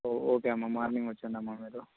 okay అమ్మ morning వచ్చేయండమ్మ